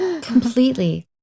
Completely